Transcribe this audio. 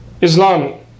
Islam